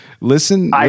listen